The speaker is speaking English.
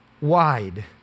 wide